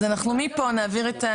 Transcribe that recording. אותו הדבר.